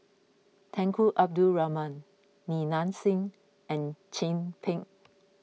Tunku Abdul Rahman Li Nanxing and Chin Peng